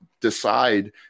decide